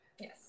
Yes